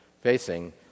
facing